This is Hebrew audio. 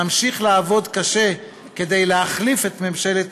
נמשיך לעבוד קשה כדי להחליף את ממשלת